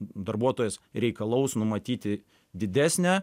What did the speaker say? darbuotojas reikalaus numatyti didesnę